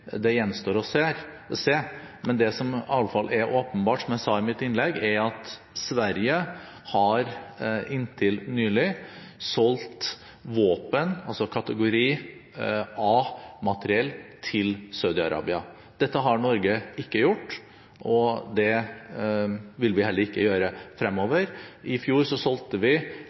endelig, gjenstår å se. Det som i alle fall er åpenbart, som jeg sa i mitt innlegg, er at Sverige inntil nylig har solgt våpen, kategori A-materiell, til Saudi-Arabia. Dette har Norge ikke gjort, og det vil vi heller ikke gjøre